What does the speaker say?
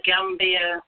Gambia